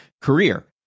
career